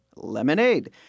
Lemonade